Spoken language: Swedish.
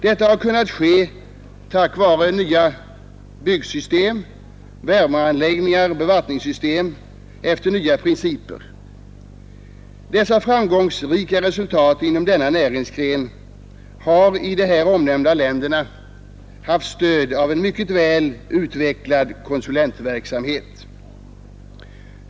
Detta har kunnat ske tack vare att byggsystem, värmeanläggningar och bevattningssystem har utformats efter nya principer. Dessa framgångsrika resultat inom denna näringsgren har i de här omnämnda länderna haft stöd av en mycket väl utvecklad konsulentverksamhet.